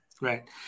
Right